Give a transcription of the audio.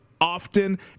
Often